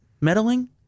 meddling